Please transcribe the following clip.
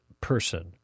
person